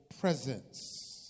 presence